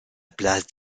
place